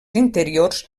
interiors